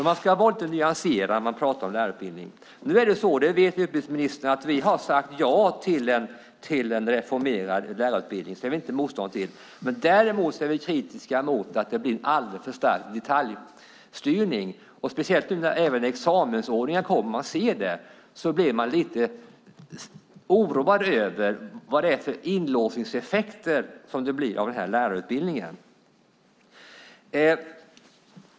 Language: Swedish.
Man ska vara lite nyanserad när man pratar om lärarutbildningen. Vi har sagt ja till en reformerad lärarutbildning, som utbildningsministern vet - det är vi inte motståndare till. Däremot är vi kritiska mot att det blir en alldeles för stark detaljstyrning, och det ser man även när det gäller examensordningen. Man blir lite oroad för vilka inlåsningseffekter den här lärarutbildningen kan få.